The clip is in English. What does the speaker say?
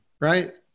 right